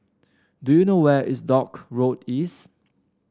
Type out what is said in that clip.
do you know where is Dock Road East